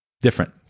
Different